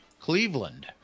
Cleveland